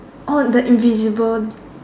oh the invisible